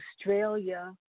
Australia